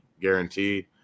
guaranteed